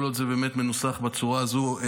כל עוד זה באמת מנוסח בצורה הזו,